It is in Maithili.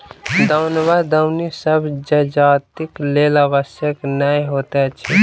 दौन वा दौनी सभ जजातिक लेल आवश्यक नै होइत अछि